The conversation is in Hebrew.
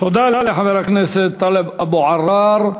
תודה לחבר הכנסת טלב אבו עראר.